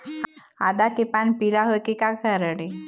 आदा के पान पिला होय के का कारण ये?